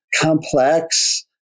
complex